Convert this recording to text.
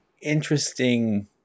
interesting